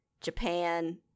Japan